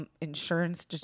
insurance